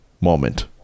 moment